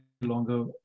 longer